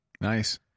Nice